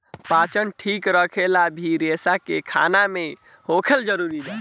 पाचन ठीक रखेला भी रेसा के खाना मे होखल जरूरी बा